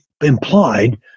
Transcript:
implied